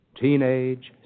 Teenage